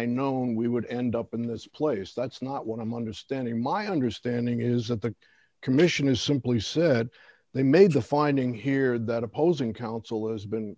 i known we would end up in this place that's not what i'm understanding my understanding is that the commission is simply said they made a finding here that opposing counsel has been